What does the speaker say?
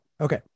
okay